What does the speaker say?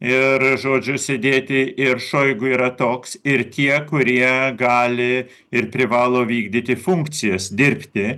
ir žodžiu sėdėti ir šoigu yra toks ir tie kurie gali ir privalo vykdyti funkcijas dirbti